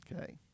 okay